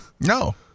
No